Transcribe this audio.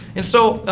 and so,